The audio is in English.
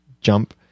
jump